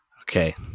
Okay